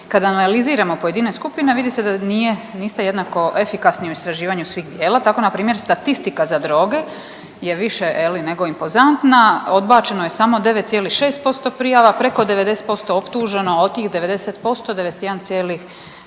Kad analiziramo pojedine skupine vidi se da nije niste jednako efikasni u istraživanju svih djela, tako npr. statistika za droge je više je li nego impozantna, odbačeno je samo 9,6% prijava, preko 90% optuženo, od tih 90% 91,5%